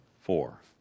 Four